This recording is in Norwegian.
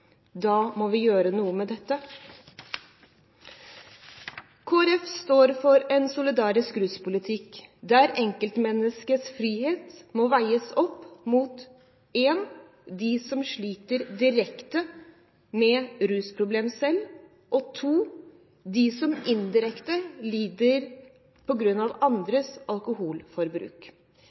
Da må vi gjøre noe med dette. Kristelig Folkeparti står for en solidarisk ruspolitikk der enkeltmenneskets frihet for det første må veies opp mot dem som sliter direkte med rusproblem selv, og for det andre mot dem som indirekte lider på grunn av andres alkoholforbruk.